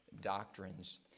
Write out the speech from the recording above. doctrines